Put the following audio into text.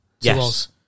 Yes